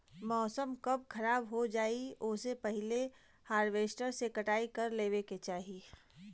मौसम कब खराब हो जाई ओसे पहिले हॉरवेस्टर से कटाई कर लेवे के चाही